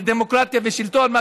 מדמוקרטיה ושלטון,